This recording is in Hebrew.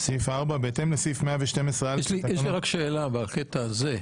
יש לי שאלה בקטע הזה.